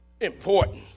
important